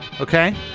Okay